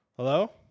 Hello